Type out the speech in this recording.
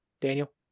Daniel